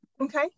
Okay